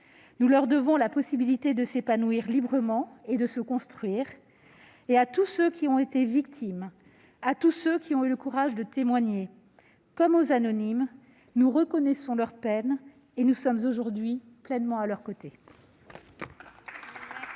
Nous leur devons la possibilité de s'épanouir librement et de se construire. Je m'adresse à tous ceux qui ont été victimes, à tous ceux qui ont eu le courage de témoigner, comme aux anonymes : nous reconnaissons votre peine et nous sommes aujourd'hui pleinement à vos côtés.